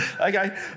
Okay